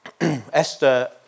esther